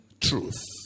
truth